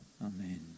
Amen